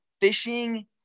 fishing